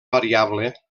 variable